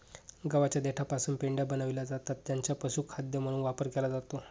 गव्हाच्या देठापासून पेंढ्या बनविल्या जातात ज्यांचा पशुखाद्य म्हणून वापर केला जातो